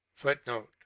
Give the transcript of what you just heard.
footnote